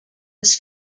was